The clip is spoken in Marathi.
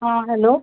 हा हॅलो